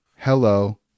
Hello